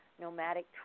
nomadic